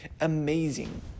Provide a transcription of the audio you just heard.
amazing